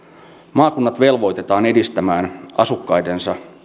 maakunnat velvoitetaan edistämään asukkaidensa